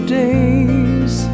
days